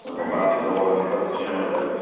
i'm about to go on on camera. but